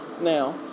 Now